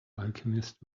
alchemist